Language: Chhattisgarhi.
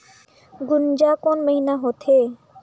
गुनजा कोन महीना होथे?